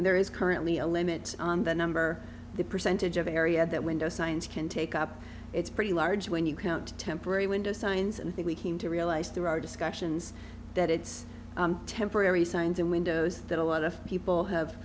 there is currently a limit on the number the percentage of area that window science can take up it's pretty large when you count temporary window signs and i think we came to realize through our discussions that it's temporary signs in windows that a lot of people have